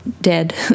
Dead